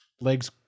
legs